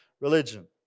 religion